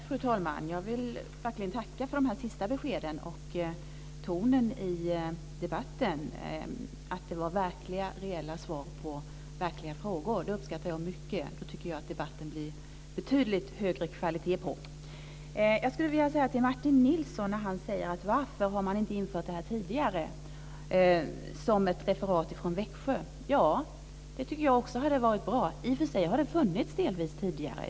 Fru talman! Jag vill verkligen tacka för de sista beskeden och tonen i debatten. Det var verkliga reella svar på verkliga frågor. Det uppskattar jag mycket. Då blir det betydligt högre kvalitet på debatten. Martin Nilsson säger: Varför har man inte infört detta tidigare som refererats från Växjö? Ja, det tycker också jag hade varit bra. I och för sig har det delvis funnits tidigare.